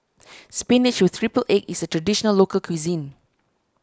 Spinach with Triple Egg is a Traditional Local Cuisine